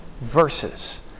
verses